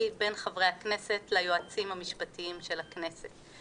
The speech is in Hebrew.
בין חברי הכנסת ליועצים המשפטיים של הכנסת.